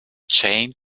chained